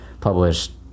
published